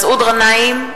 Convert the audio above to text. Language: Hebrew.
מסעוד גנאים,